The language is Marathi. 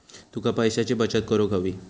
तुका पैशाची बचत करूक हवी